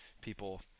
people